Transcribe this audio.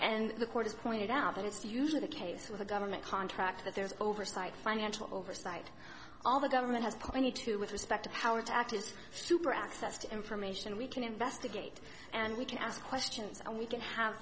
and the courts pointed out that it's usually the case with a government contract that there's oversight financial oversight all the government has plenty to do with respect to power to act is super access to information we can investigate and we can ask questions and we can have